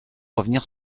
revenir